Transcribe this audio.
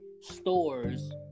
stores